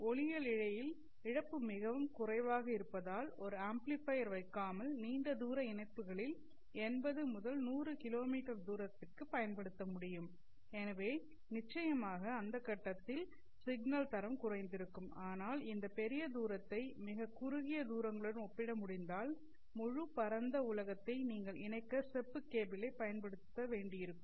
ஒளியியல் இழையில் இழப்பு மிகவும் குறைவாக இருப்பதால் ஒரு ஆம்ப்ப்ளிபஃயர் வைக்காமல் நீண்ட தூர இணைப்புகளில் 80 முதல் 100 கிலோமீட்டர் தூரத்திற்கு பயன்படுத்த முடியும் எனவே நிச்சயமாக அந்த கட்டத்தில் சிக்னல் தரம் குறைந்திருக்கும் ஆனால் இந்த பெரிய தூரத்தை மிகக் குறுகிய தூரங்களுடன் ஒப்பிட முடிந்தால் முழு பரந்த உலகத்தை நீங்கள் இணைக்க செப்பு கேபிளை பயன்படுத்த வேண்டியிருக்கும்